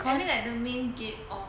is it at the main gate or